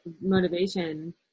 motivation